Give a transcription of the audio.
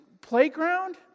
playground